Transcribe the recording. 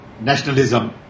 nationalism